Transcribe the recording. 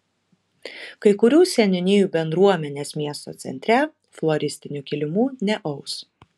kai kurių seniūnijų bendruomenės miesto centre floristinių kilimų neaus